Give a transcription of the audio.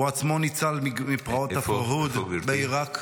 הוא עצמו ניצל מפרעות הפרהוד בעיראק,